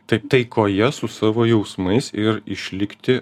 tai taikoje su savo jausmais ir išlikti